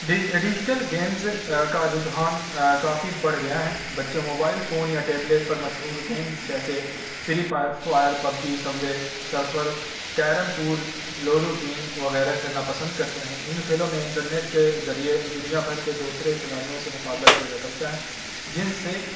digital games کا رجحان کافی بڑھ گیا ہیں بچے موبائل فون یا ٹیبلیٹ پر مشہور گیمز جیسے free fire PUBG subway surfer carrom pool ludo king وغیرہ کھیلنا پسند کرتے ہیں ان کھیلوں میں انٹرنیٹ کے ذریعے دنیا بھر کے دوسرے کھلاڑیوں سے مقابلہ کیا جا سکتا ہے جن سے